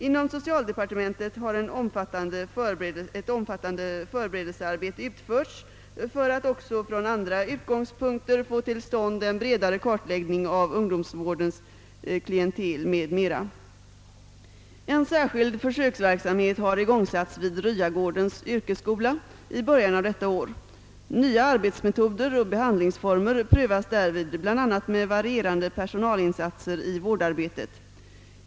Inom socialdepartementet har ett omfattande förberedelsearbete utförts för att också från andra utgångspunkter få till stånd en bredare kartläggning av ungdomsvårdens klientel m.m. En särskild försöksverksamhet har igångsatts vid Ryagårdens yrkesskola i början av detta år. Nya arbetsmetoder och behandlingsformer prövas därvid bl.a. med varierande personalinsatser i vårdarbetet.